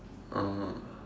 oh